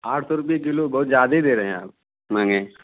आठ सौ रुपये किलो बहुत ज्यादे ही दे रहे हैं आप महंगे